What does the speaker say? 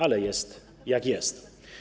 Ale jest, jak jest.